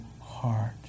heart